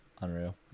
Unreal